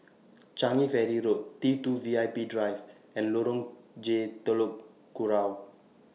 Changi Ferry Road T two V I P Drive and Lorong J Telok Kurau